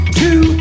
two